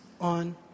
on